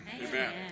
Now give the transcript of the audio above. Amen